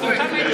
מספיק,